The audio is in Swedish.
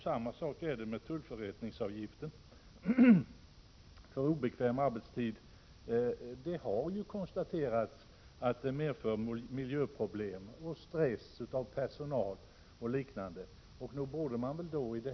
Samma sak gäller med tullförrättningsavgiften för obekväm arbetstid. Det har ju konstaterats att de nuvarande förhållandena medför miljöproblem och stress hos personalen.